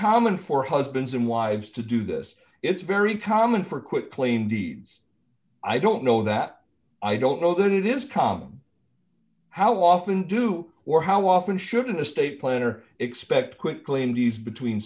common for husbands and wives to do this it's very common for quitclaim deed i don't know that i don't know that it is com how often do or how often should an estate planner expect quickly and these between